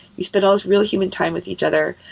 you spent all those real human time with each other.